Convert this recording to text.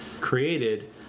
created